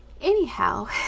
anyhow